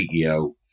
CEO